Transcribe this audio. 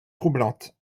troublante